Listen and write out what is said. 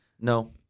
No